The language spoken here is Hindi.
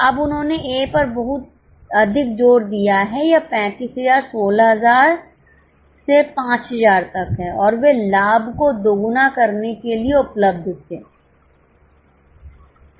अब उन्होंने ए पर बहुत अधिक जोर दिया है यह 35000 16000 से 5000 तक है और वे लाभ को दोगुना करने के लिए उपलब्ध थे